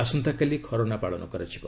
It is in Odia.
ଆସନ୍ତାକାଲି 'ଖର୍ନା' ପାଳନ କରାଯିବ